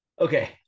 okay